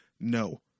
No